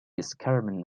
escarpment